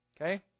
Okay